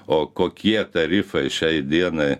o kokie tarifai šiai dienai